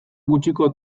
gutxiko